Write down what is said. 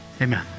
Amen